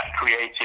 creative